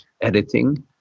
editing